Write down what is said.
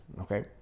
okay